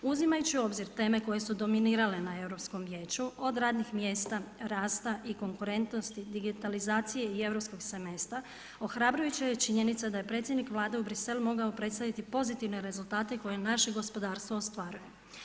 Uzimajući u obzir teme koje su dominirale na Europskom vijeću od radnih mjesta, rasta i konkurentnosti digitalizaciji i europskih semestra, ohrabrujuća je činjenica da je predsjednik Vlade u Bruxelles mogao predstavljati pozitivne rezultate, koje naše gospodarstvo ostvaruje.